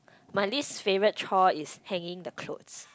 my least favourite chore is hanging the clothes